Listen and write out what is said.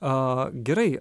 a gerai